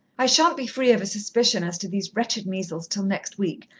i shan't be free of a suspicion as to these wretched measles till next week,